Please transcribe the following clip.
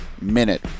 minute